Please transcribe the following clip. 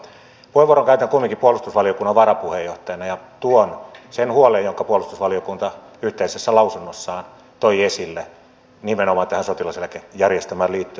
puheenvuoron käytän kumminkin puolustusvaliokunnan varapuheenjohtajana ja tuon sen huolen jonka puolustusvaliokunta yhteisessä lausunnossaan toi esille nimenomaan tähän sotilaseläkejärjestelmään liittyen